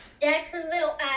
Jacksonville